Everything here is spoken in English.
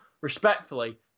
respectfully